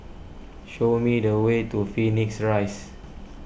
show me the way to Phoenix Rise